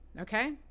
okay